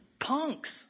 punks